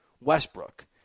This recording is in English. Westbrook